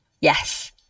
yes